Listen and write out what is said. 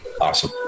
Awesome